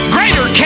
Greater